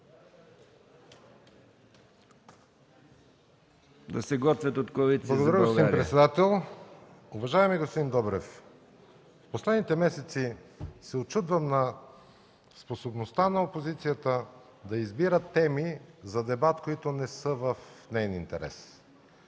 Да се готвят от Коалиция за България.